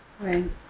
Right